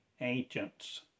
ancients